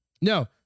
No